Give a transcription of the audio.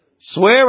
swear